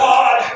God